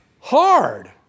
hard